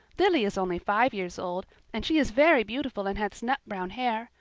lily is only five years old and she is very beautiful and had nut-brown hair.